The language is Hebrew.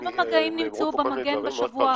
כמה מגעים נמצאו במגן בשבוע האחרון?